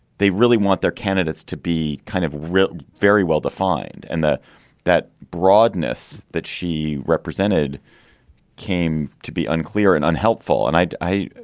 they really want their candidates to be kind of really very well defined. and the that broadness that she represented came to be unclear and unhelpful. and i i i